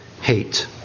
hate